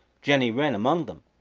jenny wren among them.